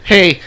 Hey